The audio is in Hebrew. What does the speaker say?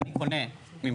מדובר בעסקה רגילה.